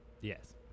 Yes